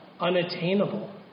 unattainable